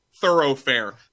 thoroughfare